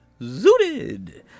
zooted